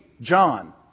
John